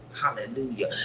Hallelujah